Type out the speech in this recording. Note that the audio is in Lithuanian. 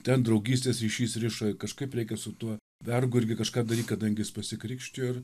ten draugystės ryšys riša kažkaip reikia su tuo vergu irgi kažką daryt kadangi jis pasikrikštijo ir